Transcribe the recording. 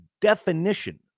definition